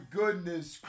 goodness